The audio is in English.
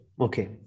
okay